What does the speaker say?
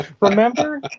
Remember